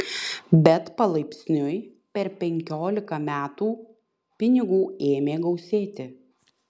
bet palaipsniui per penkiolika metų pinigų ėmė gausėti